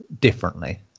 differently